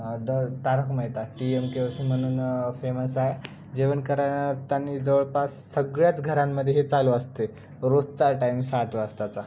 the Tarak Mehta T M K O C म्हणून famous आहे जेवण करताना जवळपास सगळ्याच घरांमध्ये हे चालू असते रोजचा टाईम सात वाजताचा